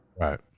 Right